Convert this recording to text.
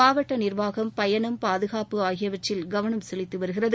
மாவட்ட நிர்வாகம் பயணம் பாதுகாப்பு ஆகியவற்றில் கவனம் செலுத்தி வருகிறது